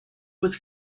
was